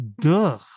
Duh